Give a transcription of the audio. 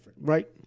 Right